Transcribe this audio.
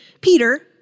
Peter